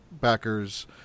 backers